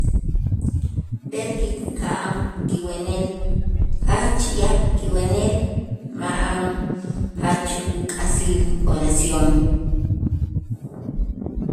B'el kika'aj kiwenel jach yaab' kiwenel ma'an jach uk'asil oración.